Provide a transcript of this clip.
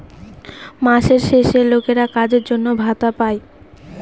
মাসের শেষে লোকেরা কাজের জন্য ভাতা পাই